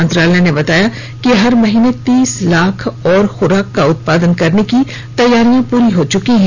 मंत्रालय ने बताया कि हर महीने तीस लाख और ख्राक का उत्पादन करने की तैयारियां पूरी हो चुकी है